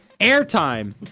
airtime